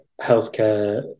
healthcare